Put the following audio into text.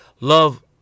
Love